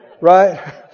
Right